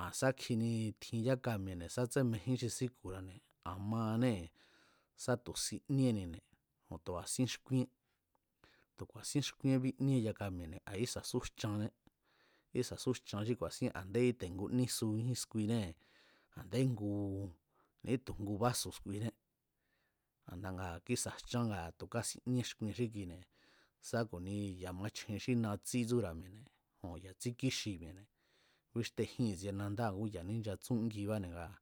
Aa̱n sá kjini tjin yaka mi̱e̱ne̱ sa tsémejín xi síku̱ra̱ne̱ a̱ maanée̱ sá tu̱ siníénine̱ ku̱ tu̱ a̱sín xkúíén, tu̱ ku̱a̱sín xkúíén bíníé yaka mi̱e̱ne̱ a̱ ísa̱ sú jchanné ísa̱ sú jchan xí ku̱a̱sín nde íte̱ ngu nísujín skuinée̱ a̱ndé ngu ni̱ítu̱ ngu básu̱ skuiné a̱nda ngaa̱ kísa̱ jchán tu̱ kásinié xkuien xí kuine̱ sá ku̱ni ya̱ machjen xi natsí tsúra̱ mi̱e̱ne̱ jon ya̱ tsíkíxi mi̱e̱ne̱ kúíxtejín a̱ngú ya̱ní nchatsúnjibáne̱ ngaa̱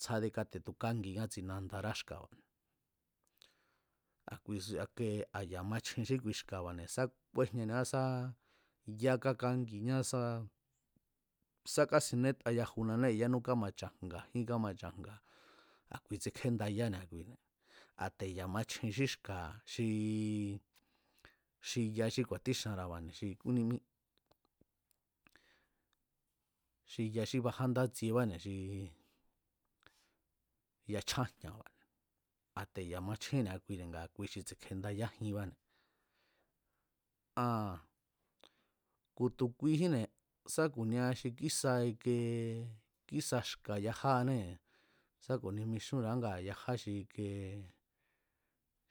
tsjádé kátetukángi ngátsi xi nandará xka̱ba̱ne̱ a̱kuisu, a̱ ya̱ machjen xí kui xka̱ba̱ne̱ sá kúejñaniá sá yá kakángiñá sá sá kásineta yajunané yánú kámacha̱jnga̱ jín yanú kámacha̱jnga̱ a̱ kui tsekjendayá ni̱a kuine̱ a̱ te̱ya̱ machjen xí xka̱ xi xi ya xí ku̱a̱tíxanra̱ba̱ne̱ xi kúní mí xi ya xí bajá ndátsiebane̱ xi ya chjájña̱ba̱ne̱ a̱ te̱ ya̱ machjén ni̱a kuine̱ nga kui xi tse̱kjendayá jinbane̱ aa̱n ku̱ tu kuijínne̱ sá ku̱nia xi kísa ike kísa xka̱ ajáanée̱ sá ku̱ni mixúnra̱a ngaa̱ yaja xi ikee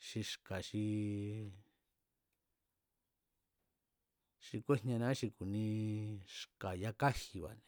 xi xka̱ xi xi kúéjñaniá xi kuni xka̱ ya kaji̱ba̱ne̱